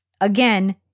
again